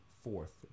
Fourth